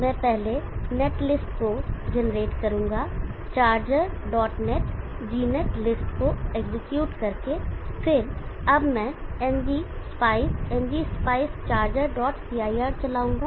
मैं पहले नेटलिस्ट को जनरेट करूंगा chargernet gnet लिस्ट को एग्जीक्यूट करके और फिर अब मैं ng spice ngspice chargercir चलाऊंगा